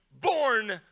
born